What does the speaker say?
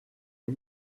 are